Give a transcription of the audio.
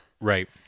Right